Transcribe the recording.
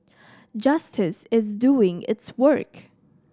justice is doing its work